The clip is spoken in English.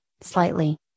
slightly